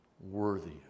worthy